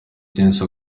dance